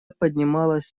поднималось